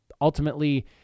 ultimately